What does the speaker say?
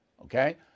okay